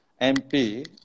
MP